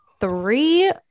three